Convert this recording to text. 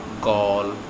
call